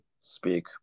speak